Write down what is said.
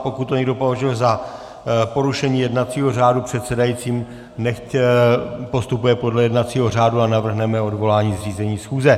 Pokud to někdo považuje za porušení jednacího řádu předsedajícím, nechť postupuje podle jednacího řádu a navrhne mé odvolání z řízení schůze.